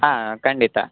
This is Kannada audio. ಹಾಂ ಹಾಂ ಖಂಡಿತ